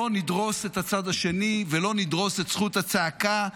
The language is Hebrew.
לא נדרוס את הצד השני ולא נדרוס את זכות הצעקה.